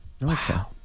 Wow